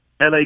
LA